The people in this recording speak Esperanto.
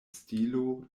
stilo